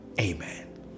Amen